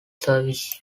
service